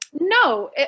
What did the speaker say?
No